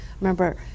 remember